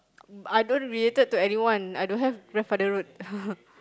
I don't related to anyone I don't have grandfather road